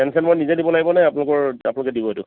ফেন চেন মই নিজে নিব লাগিব নে আপোনালোকৰ আপোনালোকে দিব এইটো